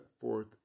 forth